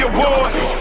Awards